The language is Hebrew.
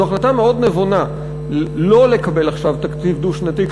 זו החלטה מאוד נבונה לא לקבל עכשיו תקציב דו-שנתי,